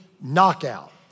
knockout